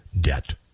debt